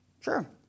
Sure